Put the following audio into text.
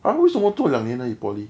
!huh! 为什么做两年而已 poly